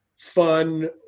fun